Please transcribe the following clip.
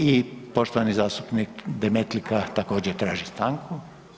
I poštovani zastupnik Demetlika također traži stanku.